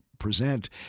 Present